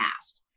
past